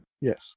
Yes